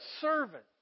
servant